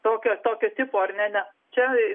tokio tokio tipo ar ne ne čia